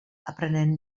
aprenen